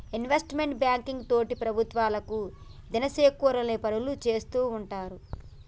investment banking తోటి ప్రభుత్వాలకు దినం సేకూరే పనులు సేత్తూ ఉంటారు